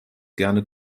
gerne